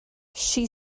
she